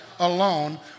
alone